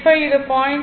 95 இது 0